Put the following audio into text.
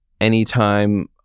anytime